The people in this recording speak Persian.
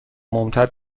ممتد